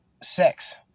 sex